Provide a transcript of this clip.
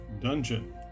Dungeon